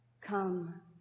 come